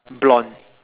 blonde